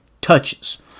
touches